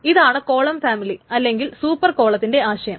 ഇതാണ് column family അല്ലെങ്കിൽ super കോളത്തിൻറെ ആശയം